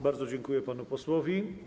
Bardzo dziękuję panu posłowi.